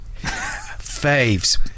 Faves